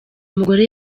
mugore